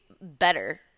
better